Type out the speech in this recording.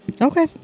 Okay